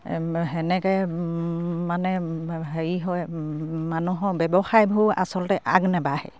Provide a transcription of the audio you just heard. সেনেকে মানে হেৰি হয় মানুহৰ ব্যৱসায়বোৰ আচলতে আগনেবাঢ়ে